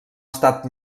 estat